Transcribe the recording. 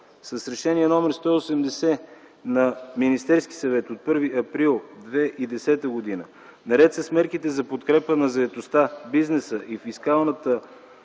С Решение № 180 на Министерския съвет от 1 април 2010 г., наред с мерките за подкрепа на заетостта, бизнеса и фискалната